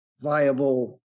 viable